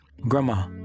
Grandma